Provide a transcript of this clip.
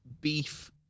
beef